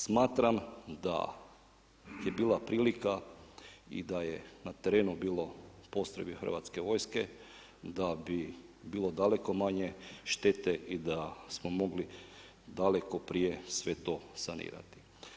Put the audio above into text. Smatram da je bila prilika i da je na terenu bilo postrojbi Hrvatske vojske, da bi bilo daleko manje štete i da smo mogli daleko prije sve to sanirati.